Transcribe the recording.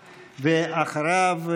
ואחריו,